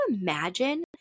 imagine